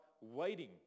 waiting